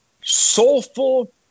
soulful